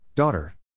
Daughter